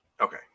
Okay